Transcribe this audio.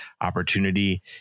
opportunity